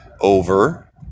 over